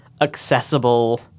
accessible